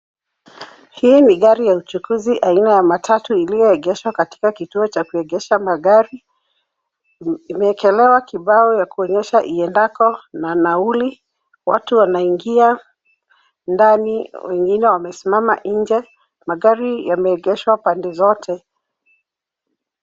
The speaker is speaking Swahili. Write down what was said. Hii ni gari ya uchukuzi aina ya matatu iliyoegeshwa katika kituo cha kuegesha magari. Imeekelewa kibao ya kuonyesha iendako na nauli. Watu wanaingia ndani, wengine wamesimama nje. Magari yameegeshwa pande zote.